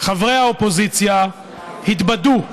חברי האופוזיציה התבדו.